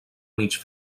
mig